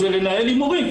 לנהל הימורים.